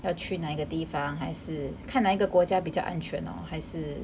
要去哪一个地方还是看哪一个国家比较安全 lor 还是